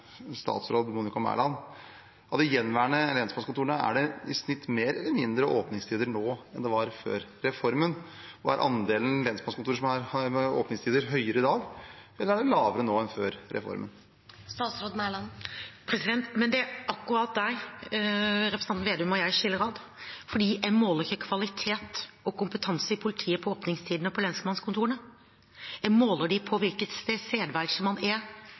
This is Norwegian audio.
statsråd Monica Mæland: Er det i snitt lengre eller kortere åpningstider ved de gjenværende lensmannskontorene nå enn det var før reformen, og er andelen lensmannskontorer som har åpningstider, høyere eller lavere nå enn før reformen? Det er akkurat der representanten Slagsvold Vedum og jeg skiller lag, for jeg måler ikke kvalitet og kompetanse i politiet på åpningstidene ved lensmannskontorene. Jeg måler dem på